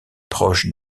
proche